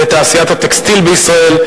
לתעשיית הטקסטיל בישראל,